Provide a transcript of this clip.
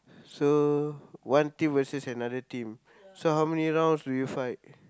so one team versus another team so how many rounds do you fight